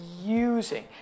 using